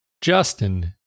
Justin